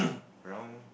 brown